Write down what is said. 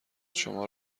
شما